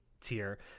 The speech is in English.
tier